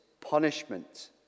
punishment